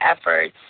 efforts